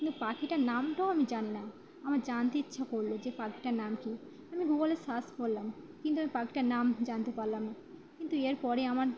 কিন্তু পাখিটার নামটাও আমি জানলাম আমার জানতে ইচ্ছা করল যে পাখিটার নাম কি আমি গুগলে সার্চ করলাম কিন্তু আমি পাখিটার নাম জানতে পারলাম না কিন্তু এরপরে আমার